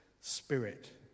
Spirit